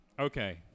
Okay